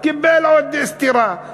קיבל עוד סטירה.